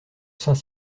saint